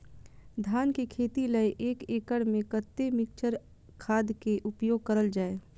धान के खेती लय एक एकड़ में कते मिक्चर खाद के उपयोग करल जाय?